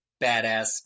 badass